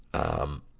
um,